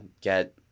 get